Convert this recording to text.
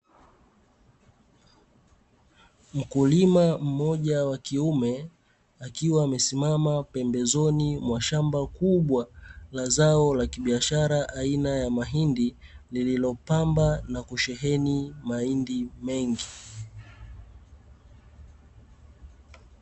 Mkulima mmoja wa kiume akiwa amesimama pembezoni mwa shamba kubwa la zao la kibiashara aina ya mahindi, lililopamba na kusheheni mahindi mengi.